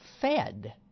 fed